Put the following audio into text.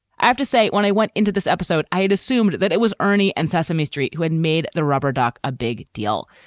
to say, when i went into this episode, i'd assumed that it was ernie and sesame street who had made the rubber duck a big deal.